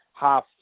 half